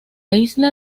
isla